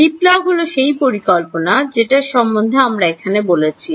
LeapFrog হল সেই পরিকল্পনা যেটার সম্বন্ধে আমরা এখানে বলছি